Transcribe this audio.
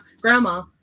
grandma